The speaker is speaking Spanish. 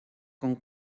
con